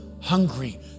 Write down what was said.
hungry